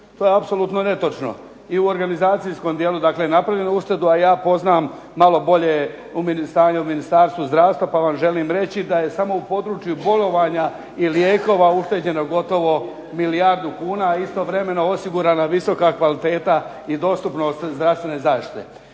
To je apsolutno netočno. I u organizacijskom dijelu dakle …/Govornik se ne razumije./… uštedu a ja poznam malo bolje stanje u Ministarstvu zdravstva pa vam želim reći da je samo u području bolovanja i lijekova ušteđeno gotovo milijardu kuna, a istovremeno osigurana visoka kvaliteta i dostupnost zdravstvene zaštite.